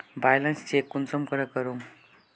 Balance check कुंसम करे करूम?